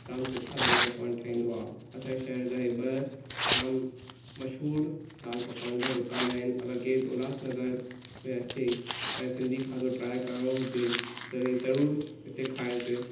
जाम सुठा दालि पकवान ठाहींदो आहे असांजे शहर जा इहे ॿ जाम मशहूरु दालि पकवान जा दुकान आहिनि अगरि केरु उल्हासनगर में अचे ऐं सिंधी खाधो ट्राए करिणो हुजे त इहे ज़रूरु हिते खाइजे